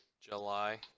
July